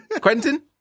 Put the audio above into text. Quentin